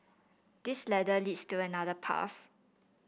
this ladder leads to another path